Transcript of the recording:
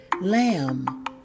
Lamb